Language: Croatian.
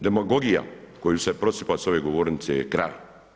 Demagogija koju se prosipa sa ove govornice je kraj.